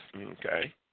okay